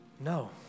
No